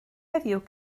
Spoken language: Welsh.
heddiw